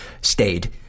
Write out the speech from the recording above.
stayed